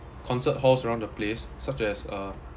concert halls around the place such as uh